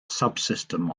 subsystem